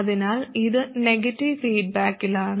അതിനാൽ ഇത് നെഗറ്റീവ് ഫീഡ്ബാക്കിലാണ്